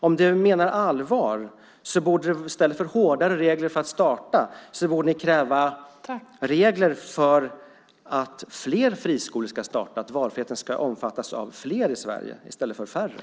Om du, Marie Granlund, menar allvar borde ni i stället för att kräva hårdare regler om att få starta friskolor kräva regler för att fler friskolor ska få starta, för att valfriheten ska omfattas av fler, inte färre, i Sverige.